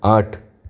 આઠ